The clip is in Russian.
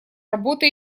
работа